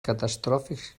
catastròfics